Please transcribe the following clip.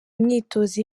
imyitozo